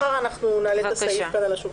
מחר נעלה את הסעיף כאן על השולחן.